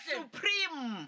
supreme